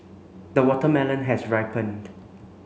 the watermelon has ripened